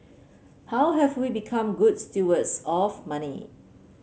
how have we become good stewards of money